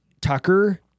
tucker